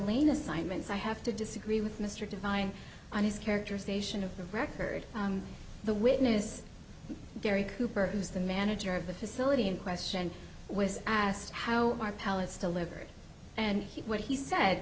lane assignments i have to disagree with mr divine on his characterization of the record the witness gary cooper who's the manager of the facility in question was asked how are palace to live and what he said